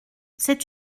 c’est